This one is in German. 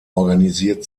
organisiert